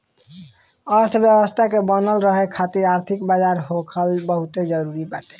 अर्थव्यवस्था के बनल रहे खातिर आर्थिक बाजार होखल बहुते जरुरी बाटे